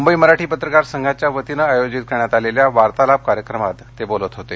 मुंबई मराठी पत्रकार संघाच्या वतीने आयोजित करण्यात आलेल्या वार्तालाप कार्यक्रमात ते बोलत होते